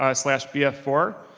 ah slash b f four,